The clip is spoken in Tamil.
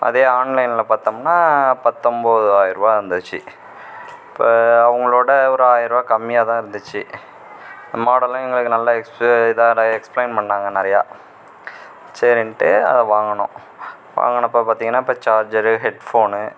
அதே ஆன்லைனில் பார்த்தோம்னா பத்தம்போதாயர் ரூவா இருந்துச்சு இப்போ அவங்களோட ஒரு ஆயர்ரூவா கம்மியாக தான் இருந்துச்சு மாடலும் எங்களுக்கு நல்லா எக்ஸ் இதாக எக்ஸ்ப்ளைன் பண்ணாங்க நிறையா சரின்ட்டு அதை வாங்குனோம் வாங்குனப்போ பார்த்திங்கன்னா இப்போ சார்ஜரு ஹெட் ஃபோன்னு